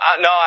no